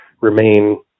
remain